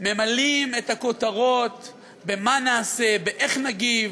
ממלאים את הכותרות במה נעשה, באיך נגיב,